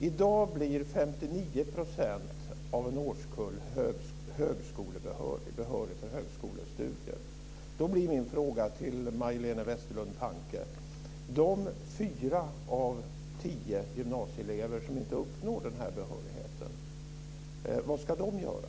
I dag blir 59 % av en årskull behörig för högskolestudier. Då blir min fråga till Majléne Westerlund Panke: De fyra av tio gymnasieelever som inte uppnår den här behörigheten, vad ska de göra?